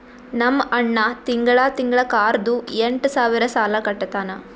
ನಮ್ ಅಣ್ಣಾ ತಿಂಗಳಾ ತಿಂಗಳಾ ಕಾರ್ದು ಎಂಟ್ ಸಾವಿರ್ ಸಾಲಾ ಕಟ್ಟತ್ತಾನ್